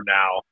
now